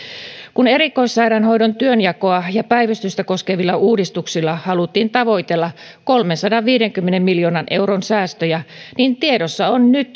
kun erikoissairaanhoidon työnjakoa ja päivystystä koskevilla uudistuksilla haluttiin tavoitella kolmensadanviidenkymmenen miljoonan euron säästöjä niin tiedossa on